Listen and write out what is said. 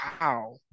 wow